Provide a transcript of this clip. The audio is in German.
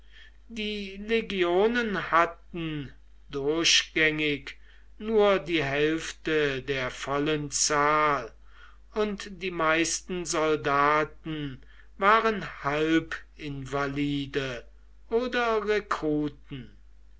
die legionen hatten durchgängig nur die hälfte der vollen zahl und die meisten soldaten waren halbinvalide oder